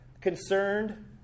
concerned